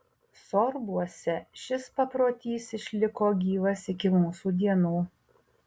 sorbuose šis paprotys išliko gyvas iki mūsų dienų